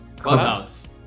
Clubhouse